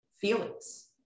feelings